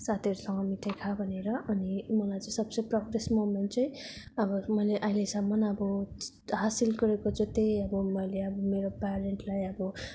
साथीहरूसँग मिठाई खा भनेर अनि मलाई चाहिँ सबसे प्राउडेस्ट मोमेन्ट चाहिँ अब मैले अहिलेसम्म अब हासिल गरेको चाहिँ त्यही अब मैले अब मेरो पेरेन्टलाई अब